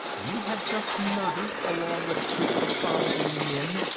you have just murdered, along with two thousand men,